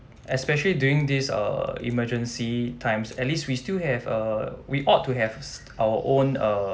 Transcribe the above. especially during this err emergency times at least we still have err we ought to have our own uh